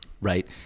right